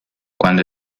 cuando